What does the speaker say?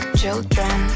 children